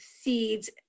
seeds